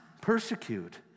persecute